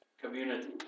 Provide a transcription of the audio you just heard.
community